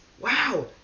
wow